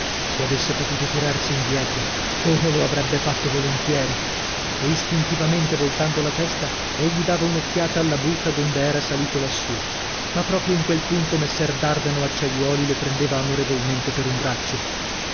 se avesse potuto tirarsi indietro come lo avrebbe fatto volentieri e istintivamente voltando la testa egli dava un'occhiata alla buca donde era salito lassù ma proprio in quel punto messer dardano acciaiuoli lo prendeva amorevolmente per un braccio